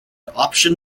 option